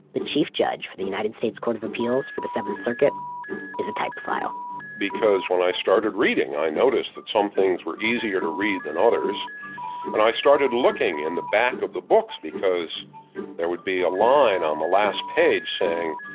the chief judge for the united states court of appeals for the seventh circuit is a typophile because then i started reading, i noticed that some things were easier to read than others. and i started looking in the back of the books because there would be a line on the last page saying,